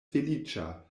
feliĉa